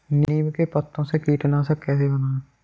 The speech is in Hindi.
नीम के पत्तों से कीटनाशक कैसे बनाएँ?